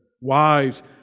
Wives